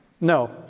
No